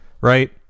Right